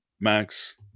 Max